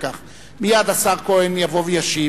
מייד השר כהן יבוא וישיב.